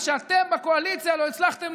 מה שאתם בקואליציה לא הצלחתם,